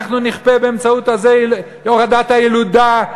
אנחנו נכפה באמצעות זה הורדת הילודה,